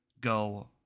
go